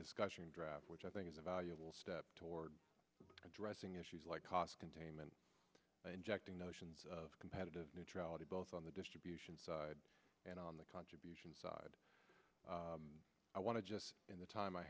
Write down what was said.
discussion draft which i think is a valuable step toward addressing issues like cost containment by injecting notions of competitive neutrality both on the distribution side and on the contribution side i want to just in the time i